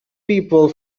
people